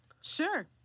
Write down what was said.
sure